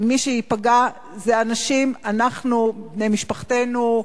מי שייפגע זה אנשים, אנחנו, בני משפחותינו,